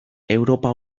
europa